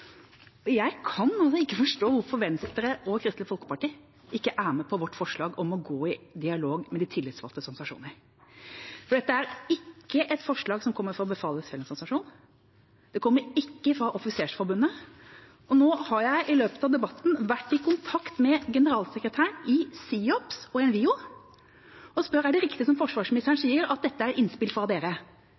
Jeg kan altså ikke forstå hvorfor Venstre og Kristelig Folkeparti ikke er med på vårt forslag om å gå i dialog med de tillitsvalgtes organisasjoner. Dette er ikke et forslag som kommer fra Befalets Fellesorganisasjon, det kommer ikke fra Offisersforbundet, og nå har jeg i løpet av debatten vært i kontakt med generalsekretærene i SIOPS og NVIO og spurt: Er det riktig, som forsvarsministeren sier, at dette er innspill fra dere?